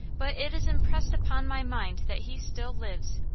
but it is impressed upon my mind that he still lives,